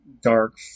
dark